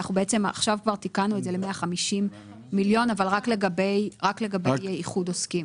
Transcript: כבר תיקנו את זה ל-150 מיליון אבל רק לגבי איחוד עוסקים.